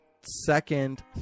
second